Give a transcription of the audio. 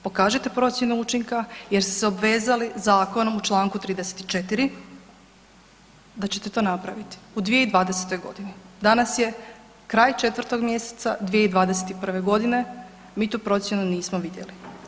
Pokažite procjenu učinka jer ste se obvezali zakonom u čl. 34. da ćete to napraviti u 2020.g. Danas je kraj 4. mjeseca 2021.g. mi tu procjenu nismo vidjeli.